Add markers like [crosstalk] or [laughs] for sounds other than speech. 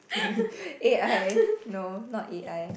[laughs] A_I no not A_I